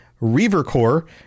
Reavercore